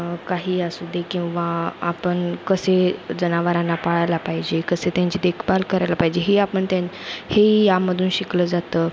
काही असू दे किंवा आपण कसे जनावरांना पाळायला पाहिजे कसे त्यांची देखभाल करायला पाहिजे हे आपण त्यां हेही यामधून शिकलं जातं